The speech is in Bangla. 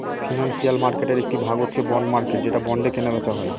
ফিনান্সিয়াল মার্কেটের একটি ভাগ হচ্ছে বন্ড মার্কেট যে বন্ডে কেনা বেচা হয়